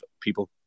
people